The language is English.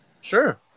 Sure